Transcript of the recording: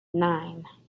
nine